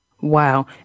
Wow